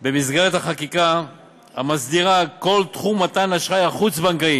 במסגרת החקיקה המסדירה את כל תחום מתן האשראי החוץ-בנקאי